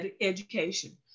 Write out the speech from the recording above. education